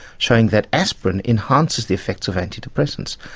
showing that aspirin enhances the effects of antidepressants.